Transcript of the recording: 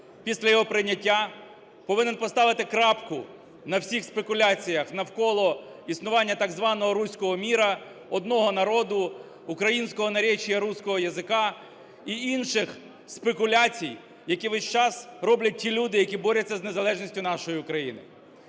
після його прийняття повинен поставити крапку на всіх спекуляціях навколо існування так званого "руського міра", одного народу, українськогонаречия русского языка і інших спекуляцій, які весь час роблять ті люди, які борються з незалежністю нашої України.